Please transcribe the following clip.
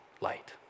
light